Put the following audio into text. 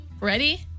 Ready